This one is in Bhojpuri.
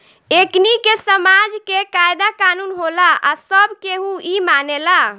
एकनि के समाज के कायदा कानून होला आ सब केहू इ मानेला